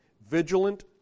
vigilant